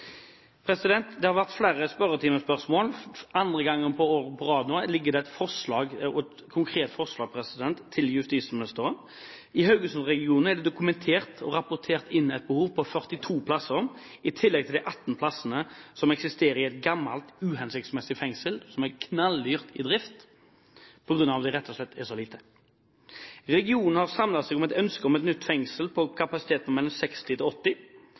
Det har vært flere spørretimespørsmål, og for andre gang på rad foreligger det et konkret forslag til justisministeren. I Haugesund-regionen er det dokumentert og rapportert inn et behov på 42 plasser, i tillegg til de 18 plassene som eksisterer i et gammelt, uhensiktsmessig fengsel, som er knalldyrt i drift, på grunn av at det rett og slett er så lite. Regionen har samlet seg om et ønske om et nytt fengsel med kapasitet på 60–80. Jeg viser spesielt til